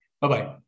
Bye-bye